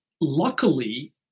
luckily